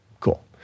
cool